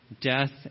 death